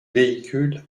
véhicules